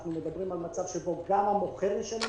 אנחנו מדברים על מצב שבו גם המוכר ישלם